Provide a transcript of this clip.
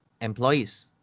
employees